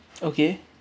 okay